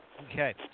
Okay